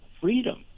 freedom